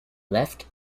left